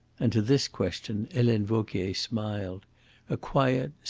and to this question helene vauquier smiled a quiet,